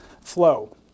flow